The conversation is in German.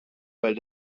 weil